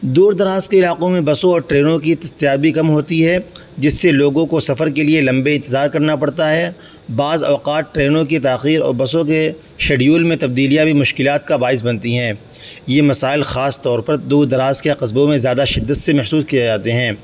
دور دراز کے علاقوں میں بسوں اور ٹرینوں کی دستیابی کم ہوتی ہے جس سے لوگوں کو سفر کے لیے لمبے انتظار کرنا پڑتا ہے بعض اوقات ٹرینوں کی تاخیر اور بسوں کے شیڈیول میں تبدیلیاں بھی مشکلات کا باعث بنتی ہیں یہ مسائل خاص طور پر دور دراز کے قصبوں میں زیادہ شدت سے محسوس کیے جاتے ہیں